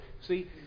See